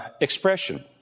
Expression